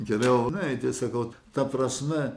geriau neiti sakau ta prasme